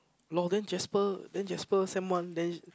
no then Jasper then Jasper sent one then